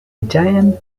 giant